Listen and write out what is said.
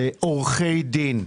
עורכי דין.